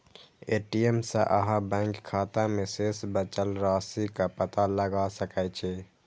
ATM सं अहां bank खाता मे शेष बचल राशिक पता लगा सकै छी